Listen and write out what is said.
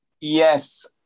Yes